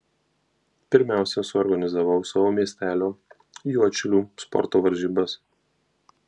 pirmiausia suorganizavau savo miestelio juodšilių sporto varžybas